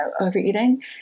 overeating